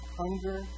hunger